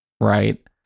right